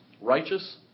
Righteous